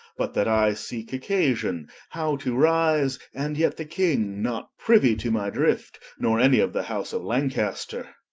but that i seeke occasion how to rise, and yet the king not priuie to my drift, nor any of the house of lancaster.